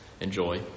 enjoy